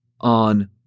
on